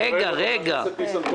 נמצא פה חבר הכנסת ניסנקורן,